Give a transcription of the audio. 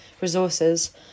resources